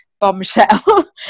bombshell